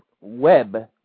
Web